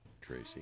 Tracy